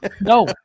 No